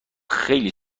خیلی